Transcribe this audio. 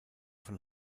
von